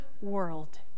world